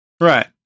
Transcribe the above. Right